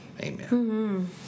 amen